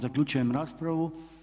Zaključujem raspravu.